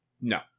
No